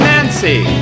Nancy